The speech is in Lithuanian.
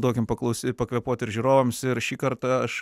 duokim paklausy pakvėpuoti ir žiūrovams ir šį kartą aš